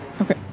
Okay